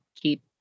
keep